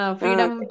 freedom